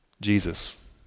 Jesus